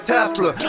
Tesla